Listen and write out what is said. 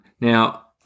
Now